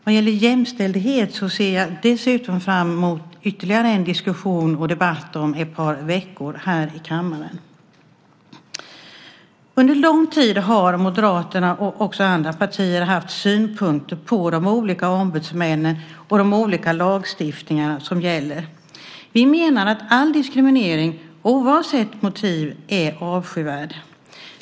Vad gäller jämställdhet ser jag dessutom fram mot ytterligare en diskussion och debatt om ett par veckor här i kammaren. Under lång tid har Moderaterna och även andra partier haft synpunkter på de olika ombudsmännen och de olika lagstiftningar som gäller. Vi menar att all diskriminering, oavsett motiv, är avskyvärd.